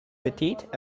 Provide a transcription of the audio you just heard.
petites